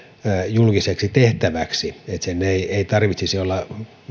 julkiseksi tehtäväksi että sen ei tarvitsisi olla